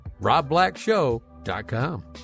robblackshow.com